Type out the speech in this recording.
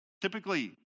Typically